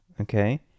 okay